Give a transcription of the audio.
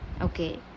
okay